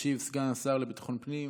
ישיב סגן השר לביטחון פנים